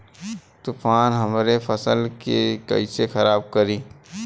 तूफान हमरे फसल के कइसे खराब करी?